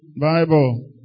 Bible